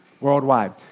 worldwide